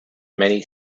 many